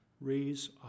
raise